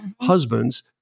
husbands